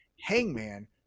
Hangman